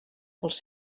pels